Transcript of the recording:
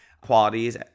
qualities